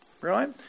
right